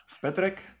Patrick